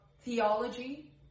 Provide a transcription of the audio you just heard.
theology